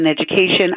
education